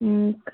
ಹ್ಞೂ